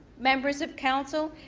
members of council.